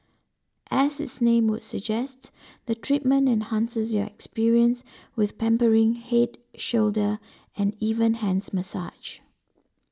as its name would suggest the treatment enhances your experience with pampering head shoulder and even hands massage